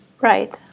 Right